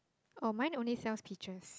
oh mine only sells peaches